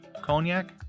cognac